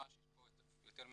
ממש יש פה יותר מהכפלה.